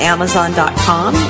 Amazon.com